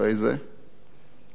גדעון קורא לי